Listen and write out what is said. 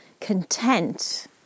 content